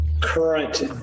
current